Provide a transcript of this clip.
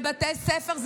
זה לא יקרה בבתי ספר,